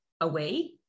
away